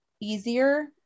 easier